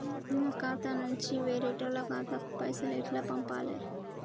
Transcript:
నా ఖాతా నుంచి వేరేటోళ్ల ఖాతాకు పైసలు ఎట్ల పంపాలే?